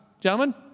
gentlemen